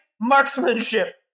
marksmanship